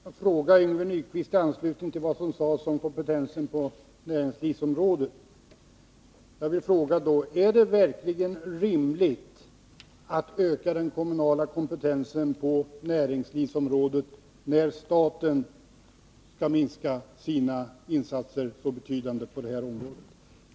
Herr talman! Jag skulle vilja fråga Yngve Nyquist, i anslutning till vad som sades om den kommunala kompetensen på näringslivsområdet: Är det verkligen rimligt att öka den kommunala kompetensen på näringslivsområdet, när staten skall minska sina insatser i så betydande utsträckning på detta område?